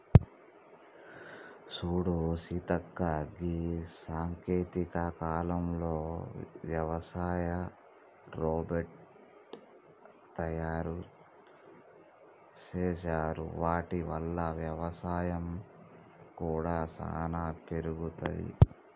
సూడు సీతక్క గీ సాంకేతిక కాలంలో యవసాయ రోబోట్ తయారు సేసారు వాటి వల్ల వ్యవసాయం కూడా సానా పెరుగుతది